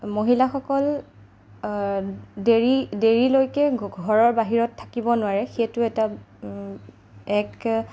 মহিলাসকল দেৰি দেৰিলৈকে ঘৰৰ বাহিৰত থাকিব নোৱাৰে সেইটো এটা এক